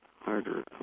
harder